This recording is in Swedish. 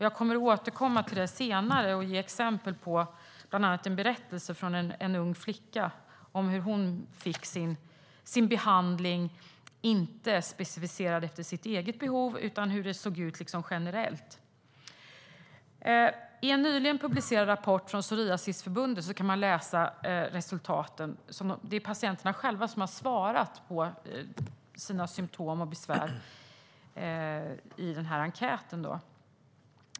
Jag återkommer till det senare med exempel, bland annat en berättelse från en ung flicka om hur hennes behandling inte specificerades efter hennes eget behov utan efter hur det såg ut generellt. I en nyligen publicerad rapport från Psoriasisförbundet kan man läsa resultaten av en enkät där patienterna själva fått ge svar om sina symtom och besvär.